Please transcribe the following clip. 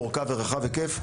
מורכב ורחב היקף,